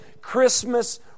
Christmas